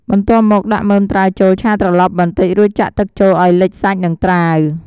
បន្ទាប់មកដាក់មើមត្រាវចូលឆាត្រឡប់បន្តិច រួចចាក់ទឹកចូលឱ្យលិចសាច់និងត្រាវ។